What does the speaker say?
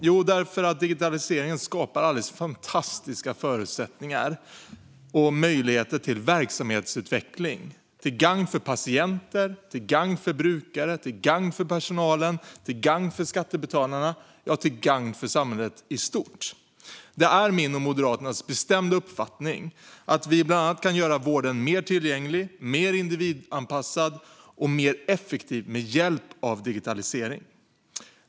Jo, därför att digitaliseringen skapar alldeles fantastiska förutsättningar och möjligheter till verksamhetsutveckling till gagn för patienter, brukare, personal och skattebetalarna - alltså till gagn för samhället i stort. Det är min och Moderaternas bestämda uppfattning att vi bland annat kan göra vården mer tillgänglig, mer individanpassad och mer effektiv med hjälp av digitalisering.